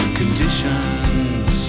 conditions